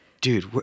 Dude